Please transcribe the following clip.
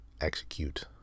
execute